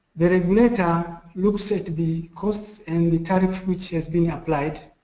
the regulator looks at the costs and the tariff, which has been applied.